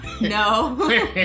No